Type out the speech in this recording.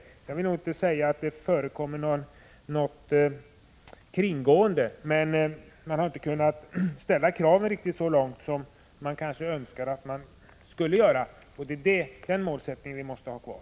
Jag vill inte säga att det förekommer något kringgående, men man har inte kunnat ställa riktigt så höga krav som kanske vore önskvärt. Vi måste ha kvar målsättningen att ställa ännu större krav.